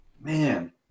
man